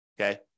okay